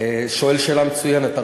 שואל שאלה מצוינת.